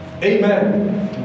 Amen